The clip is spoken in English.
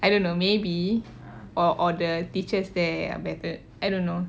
I don't know maybe or or the teachers there are better I don't know